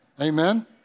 Amen